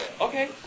Okay